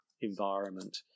environment